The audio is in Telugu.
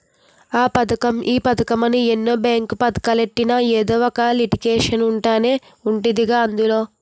ఆ పదకం ఈ పదకమని ఎన్ని బేంకు పదకాలెట్టినా ఎదో ఒక లిటికేషన్ ఉంటనే ఉంటదిరా అందులో